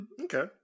Okay